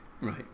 right